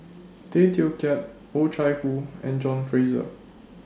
Tay Teow Kiat Oh Chai Hoo and John Fraser